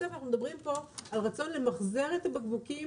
בסוף אנחנו מדברים פה על הרצון למחזר את הבקבוקים.